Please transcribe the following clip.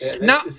Now